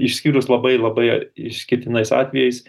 išskyrus labai labai išskirtinais atvejais